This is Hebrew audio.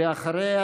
ואחריה,